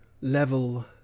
level